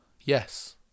Yes